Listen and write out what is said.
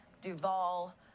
Duvall